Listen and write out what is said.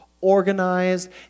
organized